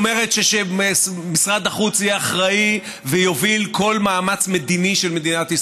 היא אומרת שמשרד החוץ יהיה אחראי ויוביל כל מאמץ מדיני של מדינת ישראל,